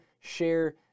share